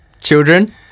children